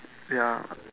ya